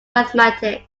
mathematics